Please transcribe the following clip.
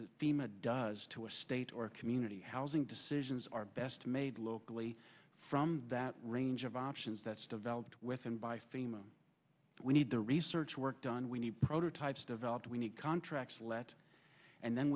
fema does to a state or a community housing decisions are best made locally from that range of options that's developed within by fema we need the research work done we need prototypes developed we need contracts let and then